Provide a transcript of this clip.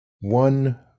One